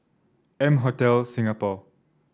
M Hotel Singapore